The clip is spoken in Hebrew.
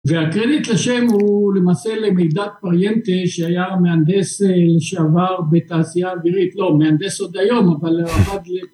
והקרדיט לשם הוא למעשה למידד פריינטה שהיה מהנדס לשעבר בתעשייה אווירית, לא מהנדס עוד היום אבל